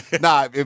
Nah